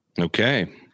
Okay